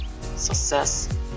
success